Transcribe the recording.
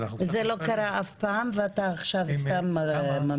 אז אנחנו עכשיו --- זה לא קרה אף פעם ואתה עכשיו סתם ממציא.